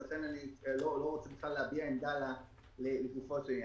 ולכן אני בכלל לא רוצה להביע עמדה לגופו של עניין.